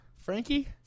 Frankie